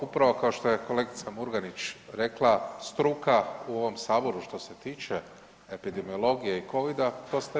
Upravo kao što je kolegica Murganić rekla, struka u ovom saboru što se tiče epidemiologije i Covida to ste vi.